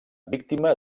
víctima